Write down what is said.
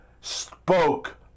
spoke